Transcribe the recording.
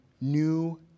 new